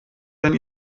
denn